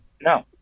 no